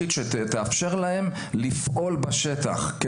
החוקית שתאפשר להם לפעול בשטח.